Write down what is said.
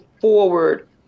forward